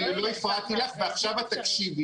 אני לא הפרעתי לך ועכשיו את תקשיבי.